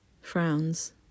Frowns